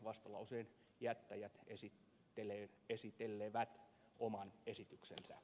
vastalauseen jättäjät esitellevät oman esityksensä